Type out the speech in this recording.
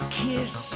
kiss